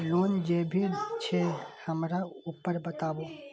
Loan जे भी छे हमरा ऊपर बताबू?